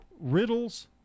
riddles